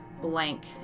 blank